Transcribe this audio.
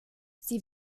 sie